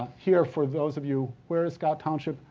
here, for those of you, where is scott township?